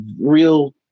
real